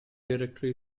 directory